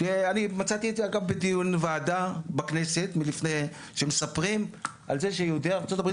אני מצאתי את זה אגב בדיון בוועדה בכנסת שמספרים שיהודי ארצות הברית